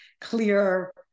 clear